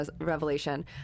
revelation